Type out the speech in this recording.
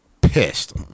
pissed